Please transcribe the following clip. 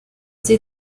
sie